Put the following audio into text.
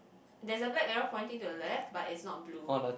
there's a black arrow pointing to the left but it's not blue